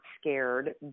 scared